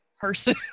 person